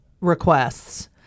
requests